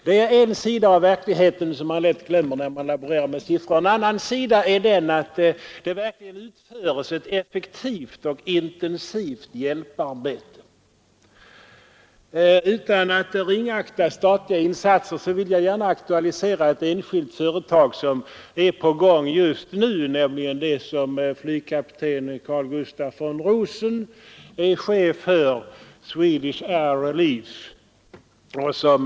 Det är en sida .av verkligheten som man lätt glömmer när man laborerar med siffror i debatten. En annan sida är att det verkligen utföres ett effektivt och intensivt hjälparbete. Utan att ringakta statliga insatser vill jag gärna aktualisera ett enskilt företag som är på gång just nu, nämligen det som flygkapten Carl Gustaf von Rosen är chef för, Swedish Air Relief i Etiopien.